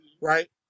right